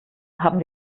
haben